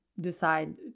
decide